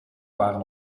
waren